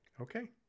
Okay